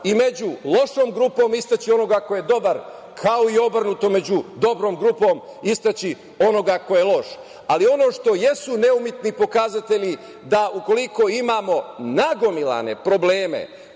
i među lošom grupom istaći onoga ko je dobar, kao i obrnutom među dobrom grupom istaći onoga ko je loš. Ali, ono što jesu neumitni pokazatelji, da ukoliko imamo nagomilane probleme